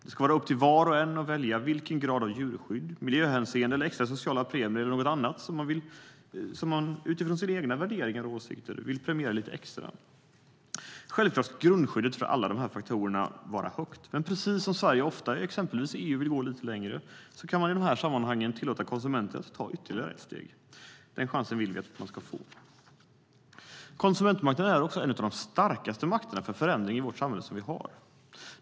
Det ska vara upp till var och en att välja vilken grad av djurskydd, miljöhänsyn eller extra sociala premier eller något annat som man utifrån sina egna värderingar och åsikter vill premiera lite extra. Självklart ska grundskyddet när det gäller alla de här faktorerna vara högt, men precis som Sverige ofta, exempelvis i EU, vill gå lite längre kan man i de här sammanhangen tillåta konsumenter att ta ytterligare ett steg. Den chansen vill vi att man ska få. Konsumentmakten är också en av de starkaste makter för förändring i vårt samhälle som vi har.